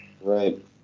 right